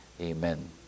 Amen